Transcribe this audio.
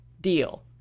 deal